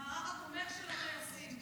למערך התומך של הטייסים.